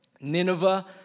Nineveh